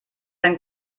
ein